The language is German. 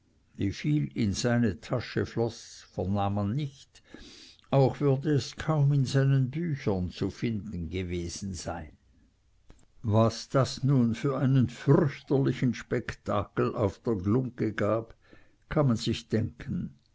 wieviel in seine tasche floß vernahm man nicht auch würde es kaum in seinen büchern zu finden gewesen sein was das nun für einen fürchterlichen spektakel auf der glungge gab kann man sich denken